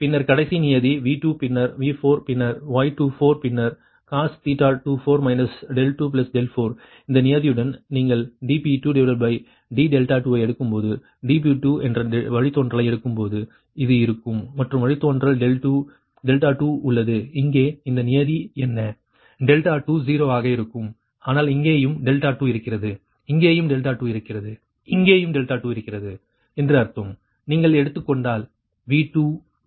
பின்னர் கடைசி நியதி V2 பின்னர் V4 பின்னர் Y24 பின்னர் cos 24 24 இந்த நியதியுடன் நீங்கள் dP2d2 ஐ எடுக்கும்போது dP2 என்ற வழித்தோன்றலை எடுக்கும்போது இது இருக்கும் மற்றும் வழித்தோன்றல் 2 உள்ளது இங்கே இந்த நியதி எண் 2 0 ஆக இருக்கும் ஆனால் இங்கேயும் 2 இருக்கிறது இங்கேயும் 2 இருக்கிறது இங்கேயும் 2 இருக்கிறது என்று அர்த்தம் நீங்கள் அதை எடுத்துக்கொண்டால் V2 V1 Y21இருக்கும்